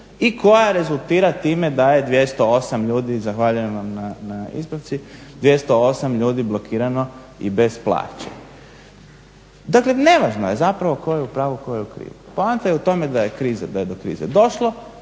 i koja rezultira time da je 208 ljudi zahvaljujem vam na ispravci, 208 ljudi blokirano i bez plaće. Dakle, nevažno je zapravo tko je u pravu, tko je u krivu. Poanta je u tome da je kriza,